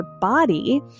body